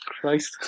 Christ